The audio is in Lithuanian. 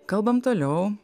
kalbam toliau